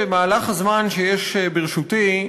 במהלך הזמן שיש ברשותי,